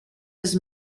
his